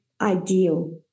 ideal